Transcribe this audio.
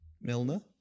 Milner